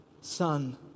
Son